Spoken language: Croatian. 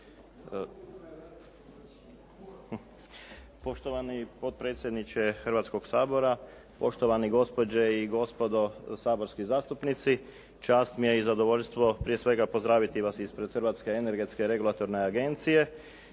Poštovani potpredsjedniče Hrvatskog sabora, poštovani gospođe i gospodo saborski zastupnici. Čast mi je i zadovoljstvo prije svega pozdraviti vas ispred Hrvatske energetske regulatorne agencije